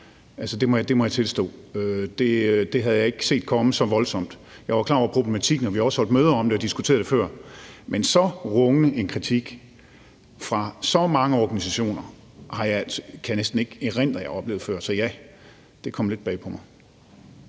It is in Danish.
Det må jeg tilstå, og jeg havde ikke set det komme så voldsomt. Jeg var klar over problematikken, og vi har også holdt møder om det og diskuteret dte før. Men en så rungende kritik og fra så mange organisationer kan jeg næsten ikke erindre at have oplevet før. Så ja, det kom lidt bag på mig.